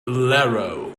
iero